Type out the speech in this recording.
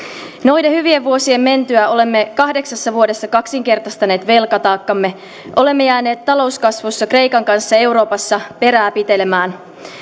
noiden hyvien vuosien mentyä olemme kahdeksassa vuodessa kaksinkertaistaneet velkataakkamme olemme jääneet talouskasvussa kreikan kanssa euroopassa perää pitelemään